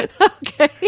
Okay